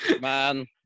Man